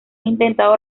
intentado